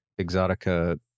exotica